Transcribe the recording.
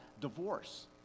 divorce